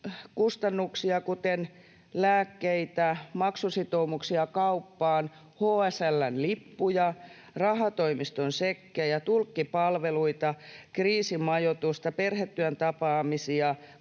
kustannuksia kuin lääkkeitä, maksusitoumuksia kauppaan, HSL:n lippuja, rahatoimiston sekkejä, tulkkipalveluita, kriisimajoitusta, perhetyön tapaamisia,